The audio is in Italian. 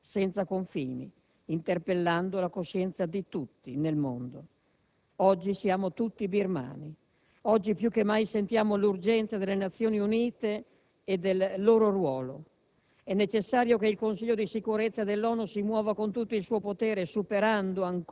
Il Presidente del Consiglio ieri ha dichiarato il fermissimo impegno del Governo, ribadito dal Ministro degli esteri e oggi qui dal Vice ministro. Vi sono momenti nella storia in cui siamo coinvolti nei cambiamenti con tutto ciò che siamo, i nostri valori, le nostre responsabilità,